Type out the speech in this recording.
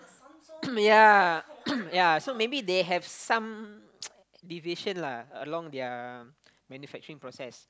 ya ya so maybe they have some deviation lah along their manufacturing process